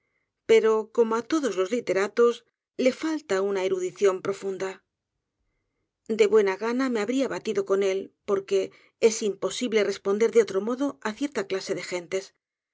pero como á todos los literatos le falta una erudición profunda d buena gana me habria batido con él porque es imposible responder de otro modo á cierta clase de gentes